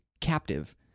captive